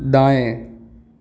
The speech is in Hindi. दाएँ